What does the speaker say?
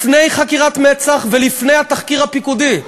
לפני חקירת מצ"ח ולפני התחקיר הפיקודי,